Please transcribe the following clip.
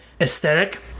aesthetic